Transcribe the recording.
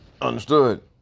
understood